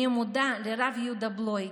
אני מודה לרב יהודה בלוי,